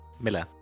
Miller